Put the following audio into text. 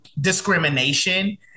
discrimination